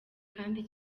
kandi